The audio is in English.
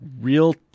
real